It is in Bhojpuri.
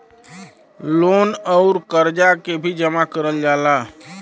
लोन अउर करजा के भी जमा करल जाला